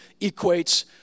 equates